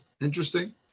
Interesting